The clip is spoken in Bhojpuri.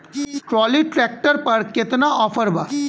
ट्राली ट्रैक्टर पर केतना ऑफर बा?